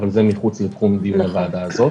אבל זה מחוץ לתחום דיון הוועדה הזאת.